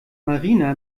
marina